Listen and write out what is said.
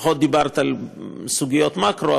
פחות דיברת על סוגיות מקרו,